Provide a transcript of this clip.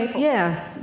yeah.